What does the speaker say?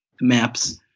maps